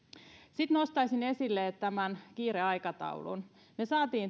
sitten nostaisin esille tämän kiireaikataulun me saimme